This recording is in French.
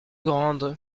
grandes